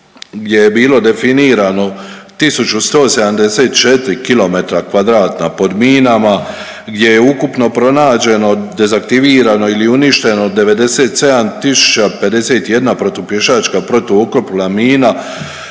gdje je bilo definirano 1.174 km2 pod minama, gdje je ukupno pronađeno i dezaktivirano ili uništeno 97.051 protu pješačka protuoklopna mina,